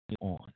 on